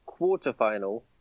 quarterfinal